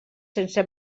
sense